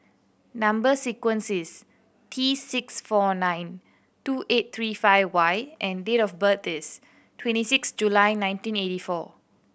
number sequence is T six four nine two eight three five Y and date of birth is twenty six July nineteen eighty four